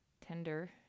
tender